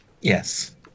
Yes